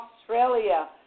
Australia